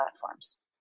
platforms